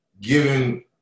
giving